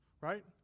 Right